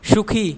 সুখী